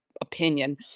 opinion